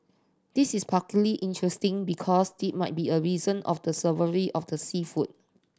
this is interesting because this might be a reason of the savoury of the seafood